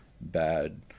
bad